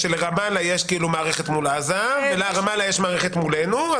בגלל שלרמאללה יש מערכת מול עזה ולרמאללה יש מערכת מולנו.